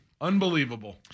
Unbelievable